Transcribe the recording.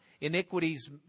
Iniquities